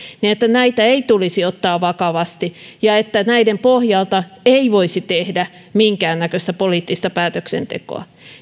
tulisi ottaa vakavasti ja että näiden pohjalta ei voisi tehdä minkäännäköistä poliittista päätöksentekoa